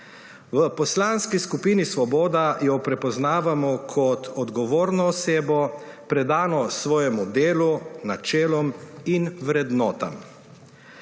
V poslanski skupini Svoboda jo prepoznavamo kot odgovorno osebo, predano svojemu delu, načelom in vrednotam.